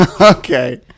okay